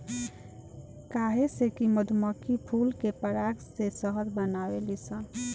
काहे से कि मधुमक्खी फूल के पराग से शहद बनावेली सन